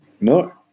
No